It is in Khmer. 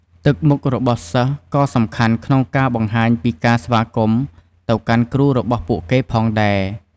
ទឹកមុខរបស់សិស្សក៏សំខាន់ក្នុងការបង្ហាញពីការស្វាគមន៍ទៅកាន់គ្រូរបស់ពួកគេផងដែរ។